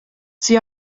sie